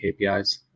KPIs